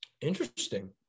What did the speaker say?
Interesting